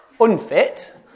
unfit